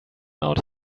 out